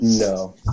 No